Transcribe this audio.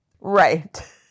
Right